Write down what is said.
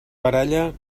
baralla